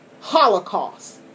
holocaust